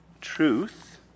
Truth